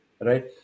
right